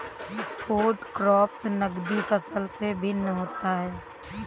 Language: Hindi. फूड क्रॉप्स नगदी फसल से भिन्न होता है